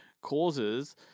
causes